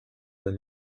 when